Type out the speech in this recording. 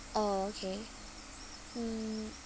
oh okay mm